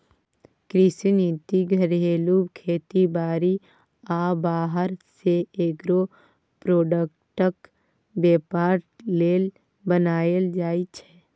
कृषि नीति घरेलू खेती बारी आ बाहर सँ एग्रो प्रोडक्टक बेपार लेल बनाएल जाइ छै